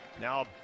Now